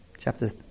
chapter